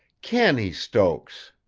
can he, stokes?